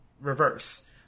reverse